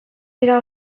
dira